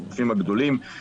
תודה רבה.